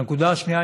הנקודה השנייה,